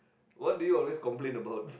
what do you always complain about